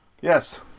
yes